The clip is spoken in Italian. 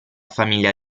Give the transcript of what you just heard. famiglia